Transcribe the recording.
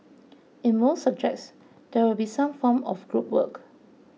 in most subjects there will be some form of group work